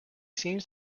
seems